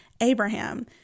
Abraham